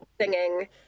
singing